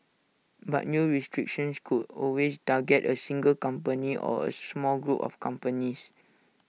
but new restrictions could always target A single company or A small group of companies